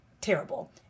terrible